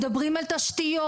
מדברים על תשתיות,